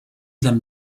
them